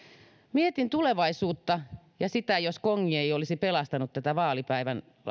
mietin tulevaisuutta ja sitä että jos kongi ei olisi pelastanut tätä vaalipäivän